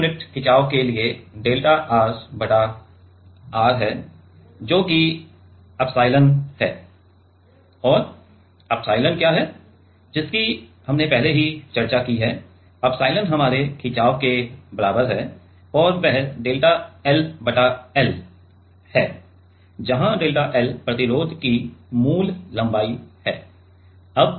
यह यूनिट खिंचाव के लिए डेल्टा R बटा R है जो कि एप्सिलॉन है और एप्सिलॉन क्या है जिसकी हमने पहले ही चर्चा की है एप्सिलॉन हमारे खिंचाव के बराबर है और वह डेल्टा L बटा L है जहां डेल्टा L प्रतिरोध की मूल लंबाई है